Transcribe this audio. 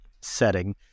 setting